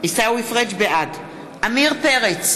בעד עמיר פרץ,